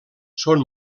són